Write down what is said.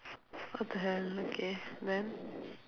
what the hell okay then